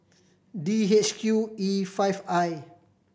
D H Q E five I